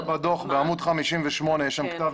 אפשר להסתכל בדוח בעמוד 58. יש שם כתב